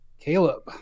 Caleb